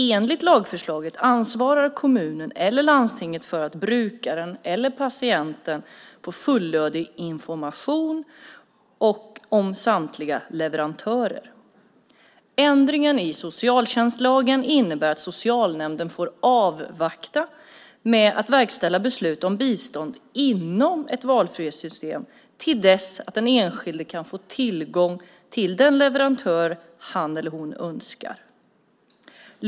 Enligt lagförslaget ansvarar kommunen eller landstinget för att brukaren eller patienten får fullödig information om samtliga leverantörer. Ändringen i socialtjänstlagen innebär att socialnämnden får avvakta med att verkställa beslut om bistånd inom ett valfrihetssystem till dess att den enskilde kan få tillgång till den leverantör som han eller hon önskar.